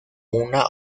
una